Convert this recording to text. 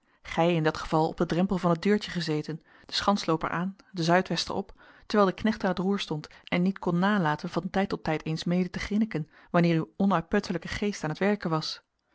gij in dat geval op den drempel van het deurtje gezeten den schanslooper aan den zuidwester op terwijl de knecht aan t roer stond en niet kon nalaten van tijd tot tijd eens mede te grinneken wanneer uw onuitputtelijke geest aan t werken was